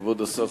כבוד השר,